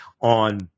On